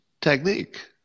technique